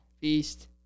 Beast